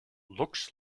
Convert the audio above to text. looks